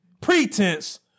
pretense